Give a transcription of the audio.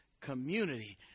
community